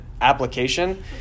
application